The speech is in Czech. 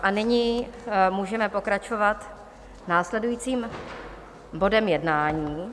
A nyní můžeme pokračovat následujícím bodem jednání.